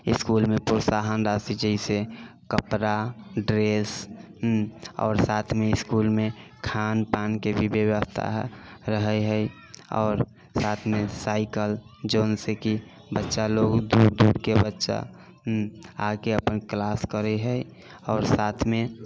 इसकुलमे प्रोत्साहन राशि जे हइ से कपड़ा ड्रेस आओर साथमे इसकुलमे खान पानके भी व्यवस्था रहै हइ आओर साथमे साइकल जोन से कि बच्चा लोग आके अपन क्लास करै हइ आओर साथमे